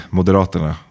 Moderaterna